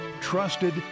Trusted